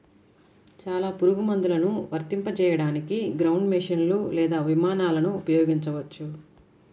చాలా పురుగుమందులను వర్తింపజేయడానికి గ్రౌండ్ మెషీన్లు లేదా విమానాలను ఉపయోగించవచ్చు